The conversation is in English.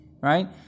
right